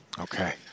Okay